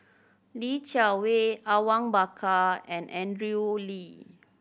Li Jiawei Awang Bakar and Andrew Lee